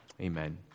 amen